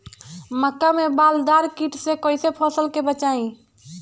मक्का में बालदार कीट से कईसे फसल के बचाई?